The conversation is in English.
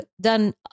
done